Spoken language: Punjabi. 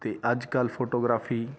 ਅਤੇ ਅੱਜ ਕੱਲ੍ਹ ਫੋਟੋਗ੍ਰਾਫੀ